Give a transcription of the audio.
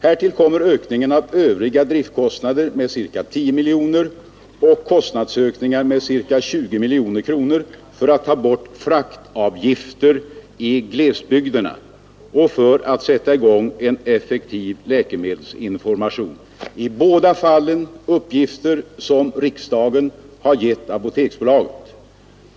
Här tillkommer ökningen av övriga driftkostnader med ca 10 miljoner kronor och kostnadsökningen med ca 20 miljoner kronor för att ta bort fraktavgifter i glesbygderna och för att sätta i gång en effektiv läkemedelsinformation — i båda fallen uppgifter som riksdagen har gett Apoteksbolaget.